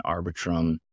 Arbitrum